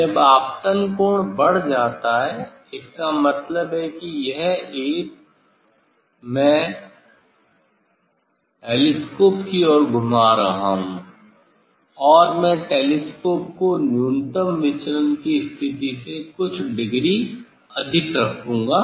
जब आपतन कोण बढ़ जाता है इसका मतलब है कि यह एज मैं टेलीस्कोप की ओर घुमा रहा हूं और मैं टेलीस्कोप को न्यूनतम विचलन की स्थिति से कुछ डिग्री अधिक रखूंगा